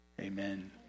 Amen